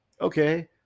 Okay